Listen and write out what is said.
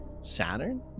Saturn